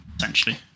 essentially